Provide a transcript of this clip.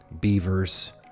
beavers